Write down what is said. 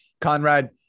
Conrad